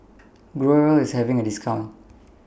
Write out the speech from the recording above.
Growell IS having A discount